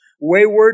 wayward